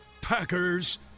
Packers